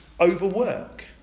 overwork